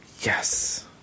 Yes